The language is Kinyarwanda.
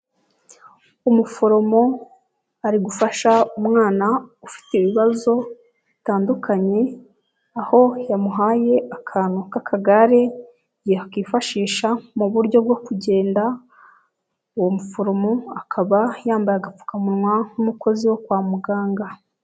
uUmuforomo ari gufasha umwana ufite ibibazo bitandukanye, aho yamuhaye akantu k'akagare yakifashisha mu buryo bwo kugenda, uwo muforomo akaba yambaye agapfukamunwa nk'umukozi wo kwa muganga.